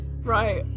Right